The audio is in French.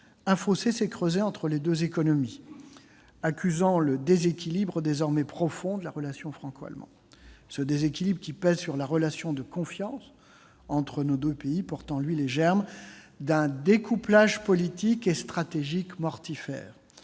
un fossé s'est creusé entre les deux économies, accentuant le déséquilibre désormais profond de la relation franco-allemande. Ce déséquilibre, qui pèse sur la relation de confiance entre nos deux pays, porte en lui les germes d'un découplage politique et stratégique mortifère.